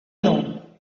know